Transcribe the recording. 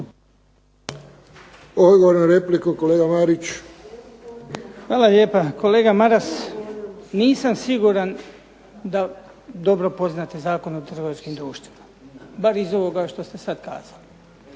kolega Marić. **Marić, Goran (HDZ)** Hvala lijepa. Kolega Maras nisam siguran da dobro poznajete Zakon o trgovačkim društvima, bar iz onoga što ste sada kazali.